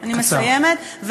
אני מסיימת.